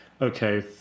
okay